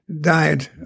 died